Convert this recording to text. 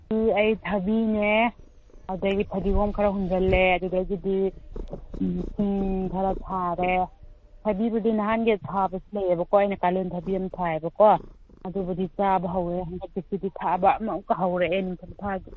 ꯑꯩ ꯊꯕꯤꯅꯦ ꯑꯗꯨꯗꯒꯤ ꯐꯗꯤꯒꯣꯝ ꯈꯔ ꯍꯨꯟꯖꯤꯜꯂꯦ ꯑꯗꯨꯗꯒꯤꯗꯤ ꯁꯤꯡ ꯈꯔ ꯊꯥꯔꯦ ꯊꯕꯤꯕꯨꯗꯤ ꯅꯍꯥꯟꯒꯤ ꯊꯥꯕꯁꯨ ꯂꯩꯌꯦꯕꯀꯣ ꯑꯩꯅ ꯀꯥꯂꯦꯟ ꯊꯕꯤ ꯑꯃ ꯊꯥꯏꯌꯦꯕꯀꯣ ꯑꯗꯨꯕꯨꯗꯤ ꯆꯥꯕ ꯍꯧꯔꯦ ꯍꯟꯗꯛꯀꯤꯁꯤꯗꯤ ꯊꯥꯕ ꯑꯃ ꯑꯃꯨꯛꯀ ꯍꯧꯔꯛꯑꯦ ꯅꯤꯡꯊꯝ ꯊꯥꯒꯤ